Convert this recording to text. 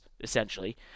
Essentially